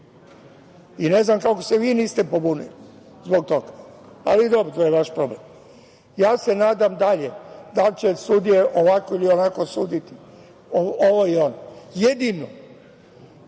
Ne znam kako se vi niste pobunili zbog toga. Ali, dobro, to je vaš problem. Nadam se dalje, da će sudije ovako i onako suditi, ovo i ono. Jedino